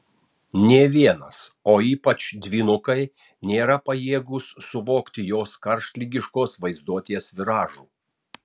nė vienas o ypač dvynukai nėra pajėgūs suvokti jos karštligiškos vaizduotės viražų